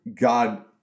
God